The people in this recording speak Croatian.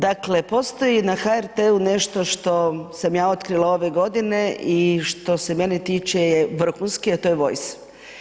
Dakle, postoji na HRT-u nešto što sam ja otkrila ove godine i što se mene tiče je vrhunski a to je Voice.